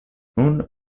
nun